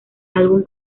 álbum